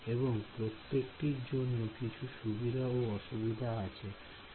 এবং প্রত্যেকটি জন্য কিছু সুবিধা ও অসুবিধা থাকবে